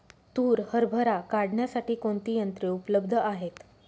तूर हरभरा काढण्यासाठी कोणती यंत्रे उपलब्ध आहेत?